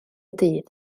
dydd